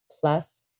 Plus